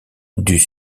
dut